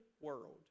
world